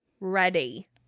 ready